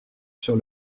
sur